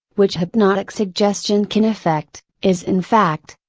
which hypnotic suggestion can effect, is in fact,